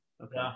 okay